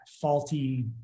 faulty